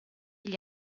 gli